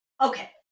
Okay